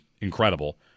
incredible